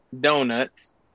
donuts